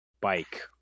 bike